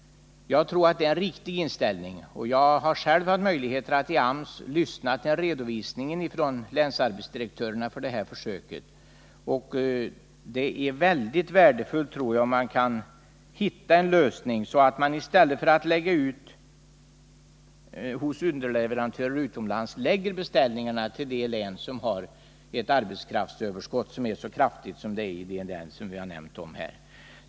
Jag tror att det är en riktig inställning. Jag har själv i AMS haft tillfälle att lyssna till redovisningar från länsarbetsdirektörerna för det här försöket. Jag tror att det är väldigt värdefullt om man kan hitta en lösning som innebär att man i stället för att lägga ut beställningar hos underleverantörer i utlandet ger beställningarna till de län som har arbetskraftsöverskott som är så kraftigt som i de län som vi nämnt i den här debatten.